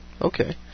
Okay